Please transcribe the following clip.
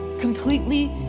completely